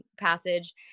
passage